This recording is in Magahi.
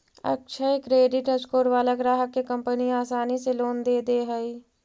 अक्षय क्रेडिट स्कोर वाला ग्राहक के कंपनी आसानी से लोन दे दे हइ